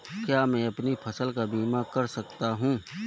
क्या मैं अपनी फसल का बीमा कर सकता हूँ?